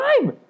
time